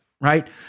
right